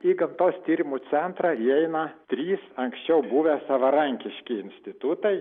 į gamtos tyrimų centrą įeina trys anksčiau buvę savarankiški institutai